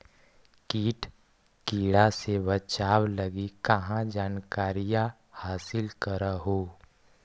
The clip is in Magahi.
किट किड़ा से बचाब लगी कहा जानकारीया हासिल कर हू?